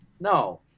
No